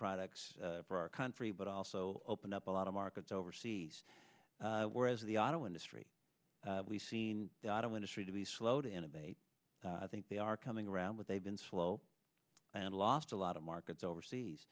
products for our country but also opened up a lot of markets overseas where as the auto industry we've seen the auto industry to be slow to innovate i think they are coming around but they've been slow and lost a lot of markets overseas